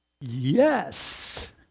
Yes